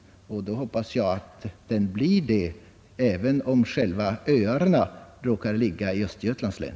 Jag hoppas att den blir det, även om de öar det här gäller råkar ligga i Östergötlands län.